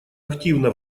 активно